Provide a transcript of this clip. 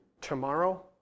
tomorrow